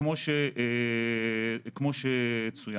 כמו שצוין,